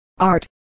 art